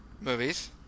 movies